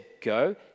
go